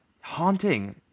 Haunting